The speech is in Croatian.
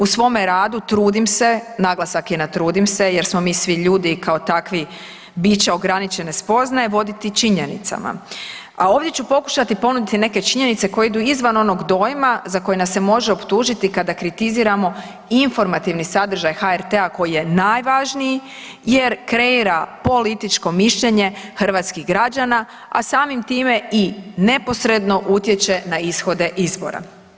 U svome radu trudim se, naglasak je na trudim se jer smo mi svi ljudi i kao takvi bića ograničene spoznaje, voditi činjenicama, a ovdje ću pokušati ponuditi neke činjenice koje idu izvan onog dojma za kojeg nas se može optužiti kada kritiziramo informativni sadržaj HRT-a koji je najvažniji jer kreira političko mišljenje hrvatskih građana, a samim time i neposredno utječe na ishode izbora.